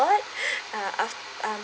ah af~ um